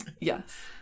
yes